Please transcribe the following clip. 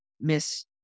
miss